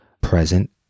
present